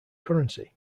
currency